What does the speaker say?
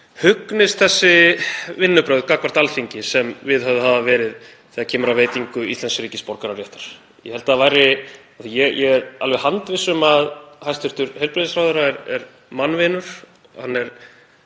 hugnist þessi vinnubrögð gagnvart Alþingi sem viðhöfð hafa verið þegar kemur að veitingu íslensks ríkisborgararéttar. Ég er alveg handviss um að hæstv. heilbrigðisráðherra er mannvinur. Hann